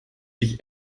sich